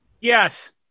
Yes